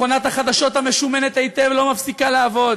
מכונת החדשות המשומנת היטב לא מפסיקה לעבוד.